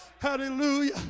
Hallelujah